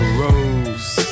rose